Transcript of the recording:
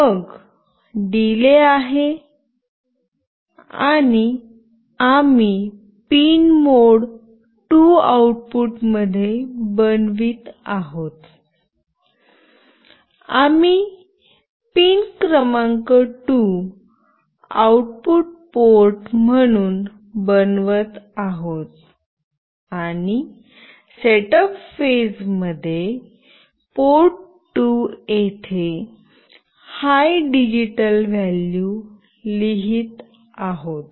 मग डीले आहे आणि आम्ही पिनमोड 2 आउटपुटमध्ये बनवित आहोत आम्ही पिन क्रमांक 2 आउटपुट पोर्ट म्हणून बनवत आहोत आणि सेटअप फेज मध्ये पोर्ट 2 येथे हाय डिजिटल व्हॅल्यू लिहित आहोत